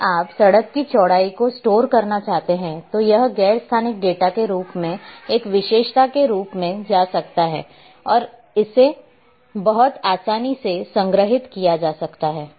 यदि आप सड़क की चौड़ाई को स्टोर करना चाहते हैं तो यह गैर स्थानिक डेटा के रूप में एक विशेषता के रूप में जा सकता है और इसे बहुत आसानी से संग्रहीत किया जा सकता है